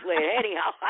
Anyhow